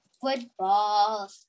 football